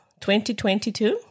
2022